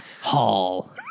Hall